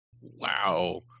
wow